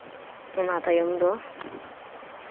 ᱚᱱᱟ ᱛᱟᱭᱚᱢ ᱫᱚ